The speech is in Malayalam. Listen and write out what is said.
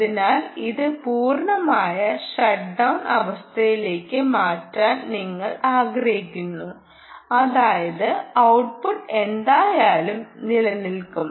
അതിനാൽ ഇത് പൂർണ്ണമായ ഷട്ട് ഡൌൺ അവസ്ഥയിലേക്ക് മാറ്റാൻ നിങ്ങൾ ആഗ്രഹിക്കുന്നു അതായത് ഔട്ട്പുട്ട് എന്തായാലും നിലനിൽക്കും